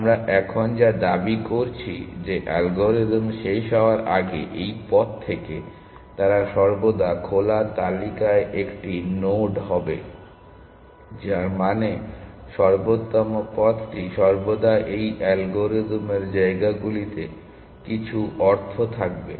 আমরা এখন যা দাবি করছি যে অ্যালগরিদম শেষ হওয়ার আগে এই পথ থেকে তারা সর্বদা খোলা তালিকায় একটি নোড হবে যার মানে সর্বোত্তম পথটি সর্বদা এই অ্যালগরিদমের জায়গাগুলিতে কিছু অর্থ থাকবে